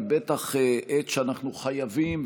היא בטח עת שאנחנו חייבים,